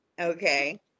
okay